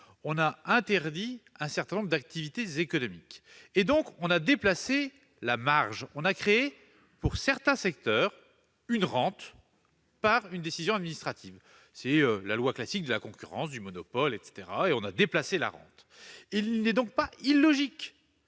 sanitaire, un certain nombre d'activités économiques ont été interdites. On a donc déplacé la marge, puisque l'on a créé, pour certains secteurs, une rente par décision administrative. C'est la loi classique de la concurrence, du monopole, etc. Bref, on a déplacé la rente. Il n'est donc pas illogique